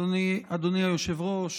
אדוני היושב-ראש,